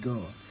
God